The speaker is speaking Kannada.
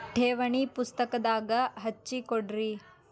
ಠೇವಣಿ ಪುಸ್ತಕದಾಗ ಹಚ್ಚಿ ಕೊಡ್ರಿ